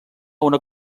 una